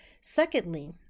Secondly